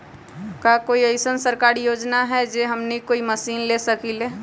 का कोई अइसन सरकारी योजना है जै से हमनी कोई मशीन ले सकीं ला?